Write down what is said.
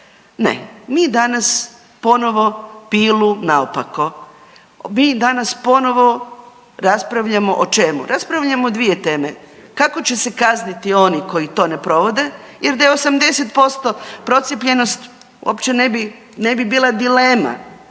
ne mi danas ponovo pilu naopako. Mi danas ponovo raspravljamo o čemu? Raspravljamo o dvije teme. Kako će se kazniti oni koji to ne provode jer da je 80% procijepljenost uopće ne bi, ne bi bila dilema